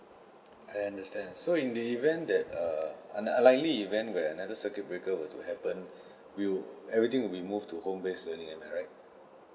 I understand so in the event that err an unlikely event where another circuit breaker were to happen will everything be moved to home based learning am I right